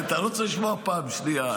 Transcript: אתה לא צריך לשמוע פעם שנייה,